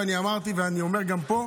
ואני אמרתי, ואני אומר גם פה: